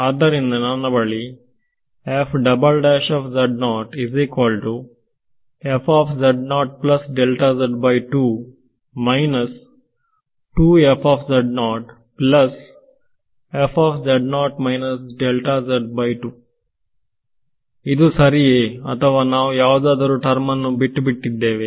ಅದರಿಂದ ನನ್ನ ಬಳಿ ಇದು ಸರಿಯೇ ಅಥವಾ ನಾವು ಯಾವುದಾದರೂ ಟರ್ಮ್ ಅನ್ನು ಬಿಟ್ಟು ಬಿಟ್ಟಿದ್ದೇವೆ